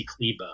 Kleba